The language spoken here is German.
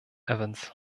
evans